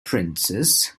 princess